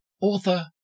author